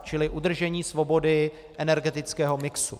Čili udržení svobody energetického mixu.